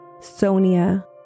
Sonia